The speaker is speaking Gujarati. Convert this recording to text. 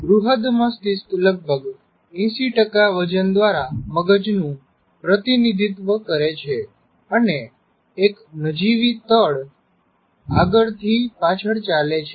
બૃહદ મસ્તિષ્ક લગભગ 80 વજન દ્વારા મગજનું પ્રતિનિધિત્વ કરે છે અને એક નજીવી તડ આગળથી પાછળ ચાલે છે